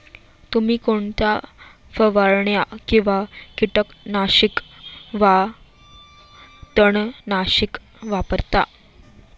तुम्ही कोणत्या फवारण्या किंवा कीटकनाशके वा तणनाशके वापरता?